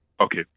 Okay